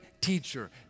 teacher